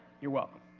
you are welcome.